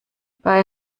bei